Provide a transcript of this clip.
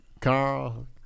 Carl